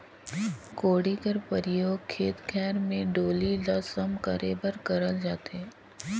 कोड़ी कर परियोग खेत खाएर मे डोली ल सम करे बर करल जाथे